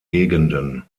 gegenden